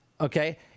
okay